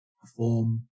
perform